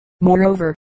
Moreover